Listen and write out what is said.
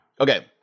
Okay